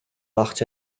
акча